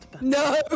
No